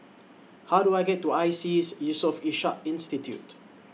How Do I get to ISEAS Yusof Ishak Institute